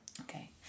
Okay